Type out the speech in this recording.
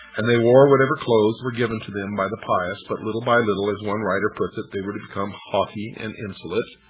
and they wore whatever clothes were given to them by the pious. but little by little, as one writer puts it, they were to become haughty and insolent.